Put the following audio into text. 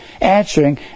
answering